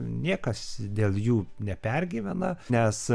niekas dėl jų nepergyvena nes